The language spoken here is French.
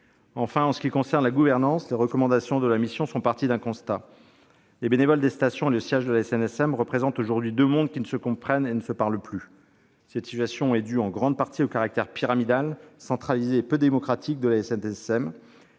Enfin, pour ce qui concerne la gouvernance, les recommandations de la mission sont parties d'un constat : les bénévoles des stations et le siège de la SNSM sont aujourd'hui deux mondes qui ne se comprennent et ne se parlent plus. Cette situation est due en grande partie au caractère pyramidal, centralisé et peu démocratique de la SNSM,